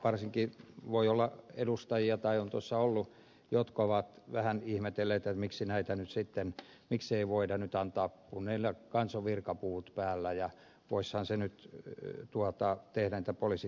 varsinkin voi olla edustajia tai on ollut jotka ovat vähän ihmetelleet miksei voida nyt sitten antaa apua kun heillä kanssa on virkapuvut päällä ja voisivathan he nyt tehdä näitä poliisitehtäviä